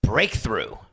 Breakthrough